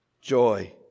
Joy